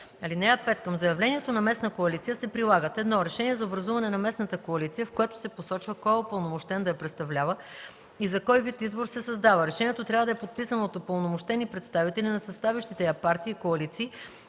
(5) Към заявлението на местна коалиция се прилагат: 1. решение за образуване на местната коалиция, в което се посочва кой е упълномощен да я представлява и за кой вид избор се създава; решението трябва да е подписано от упълномощени представители на съставящите я партии и коалиции